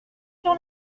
sur